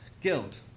Guild